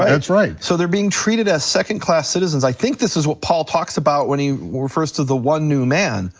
that's right. so they're being treated as second class citizens, i think this is what paul talks about when he refers to the one new man,